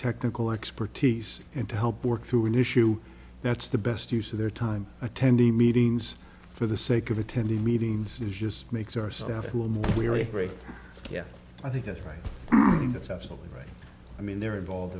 technical expertise and to help work through an issue that's the best use of their time attending meetings for the sake of attending meetings is just makes our staff who are more weary yeah i think that's right that's absolutely right i mean they're involved